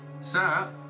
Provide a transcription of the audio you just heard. Sir